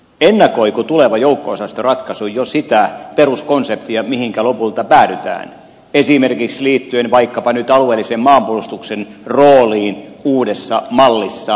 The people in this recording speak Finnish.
ennakoiko tuleva joukko osastoratkaisu jo sitä peruskonseptia mihinkä lopulta päädytään liittyen vaikkapa nyt alueellisen maanpuolustuksen rooliin uudessa mallissa